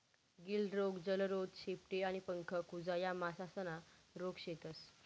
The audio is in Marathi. गिल्ड रोग, जलोदर, शेपटी आणि पंख कुजा या मासासना रोग शेतस